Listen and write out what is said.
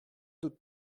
d’août